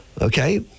Okay